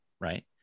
right